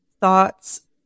thoughts